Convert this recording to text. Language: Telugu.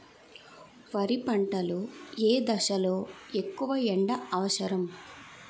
వరి పంట లో ఏ దశ లొ ఎక్కువ ఎండా అవసరం?